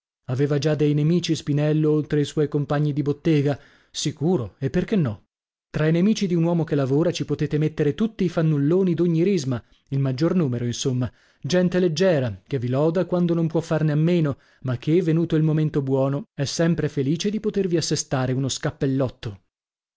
aveva già dei nemici spinello oltre i suoi compagni di bottega sicuro e perchè no tra i nemici di un uomo che lavora ci potete mettere tutti i fannulloni d'ogni risma il maggior numero insomma gente leggiera che vi loda quando non può farne di meno ma che venuto il momento buono è sempre felice di potervi assestare uno scappellotto